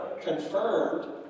confirmed